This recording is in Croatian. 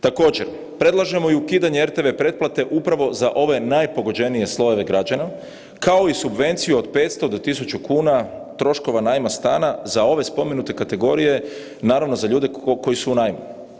Također, predlažemo i ukidanje RTV pretplate upravo za ove najpogođenije slojeve građana kao i subvenciju od 500 do 1.000 kuna troškova najma stana za ove spomenute kategorije, naravno za ljude koji su u najmu.